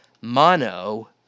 mono